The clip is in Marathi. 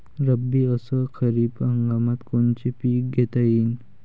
रब्बी अस खरीप हंगामात कोनचे पिकं घेता येईन?